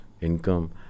income